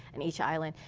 and each island.